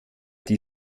die